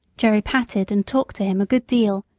jerry patted and talked to him a good deal,